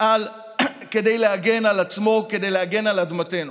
על עצמו, כדי להגן על אדמתנו.